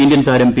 Indian താരം P